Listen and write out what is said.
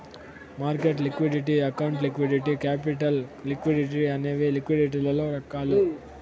market liquidity account liquidity capital liquidity అనేవి లిక్విడిటీలలో రకాలు